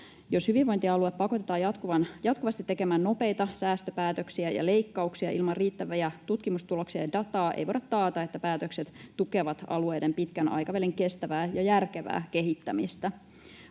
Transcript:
Jos hyvinvointialueet pakotetaan jatkuvasti tekemään nopeita säästöpäätöksiä ja leikkauksia ilman riittäviä tutkimustuloksia ja dataa, ei voida taata, että päätökset tukevat alueiden pitkän aikavälin kestävää ja järkevää kehittämistä.